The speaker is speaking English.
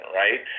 right